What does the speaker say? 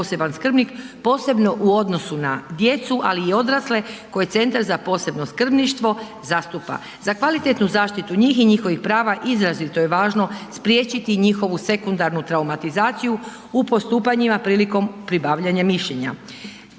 poseban skrbnik, posebno u odnosu na djecu, ali i odrasle, koje Centar za posebno skrbništvo zastupa. Za kvalitetnu zaštitu njih i njihovih prava izrazito je važno spriječiti njihovu sekundarnu traumatizaciju u postupanjima prilikom pribavljanja mišljenja.